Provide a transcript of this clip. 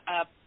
up